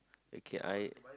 okay I